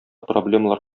проблемалар